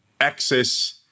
access